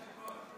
אדוני היושב-ראש,